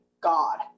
God